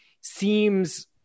seems